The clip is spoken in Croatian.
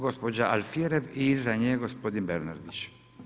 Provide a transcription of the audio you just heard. Gospođa Alfirev i iza nje gospodin Bernardić.